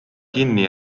kinni